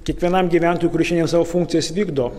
kiekvienam gyventojui kuris šiandien savo funkcijas vykdo